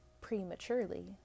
prematurely